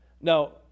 Now